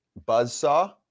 Buzzsaw